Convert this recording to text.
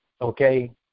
okay